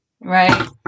right